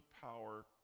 power